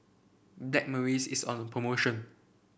Blackmores is on promotion